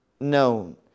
known